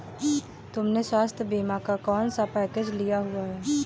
तुमने स्वास्थ्य बीमा का कौन सा पैकेज लिया हुआ है?